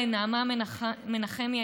לנעמה מנחמי,